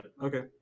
Okay